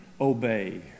obey